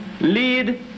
lead